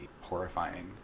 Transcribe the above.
horrifying